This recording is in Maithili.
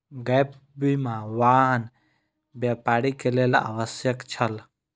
गैप बीमा, वाहन व्यापारी के लेल आवश्यक छल